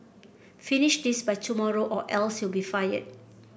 finish this by tomorrow or else you'll be fired